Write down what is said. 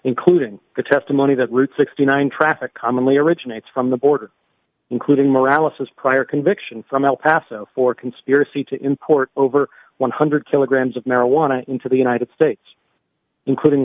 including the testimony that route sixty nine traffic commonly originates from the border including morality has prior conviction from el paso for conspiracy to import over one hundred kilograms of marijuana into the united states including